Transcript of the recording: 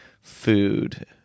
food